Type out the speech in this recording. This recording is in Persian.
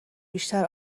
بیشتر